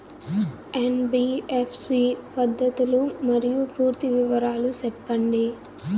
NBFC పద్ధతులు మరియు పూర్తి వివరాలు సెప్పండి?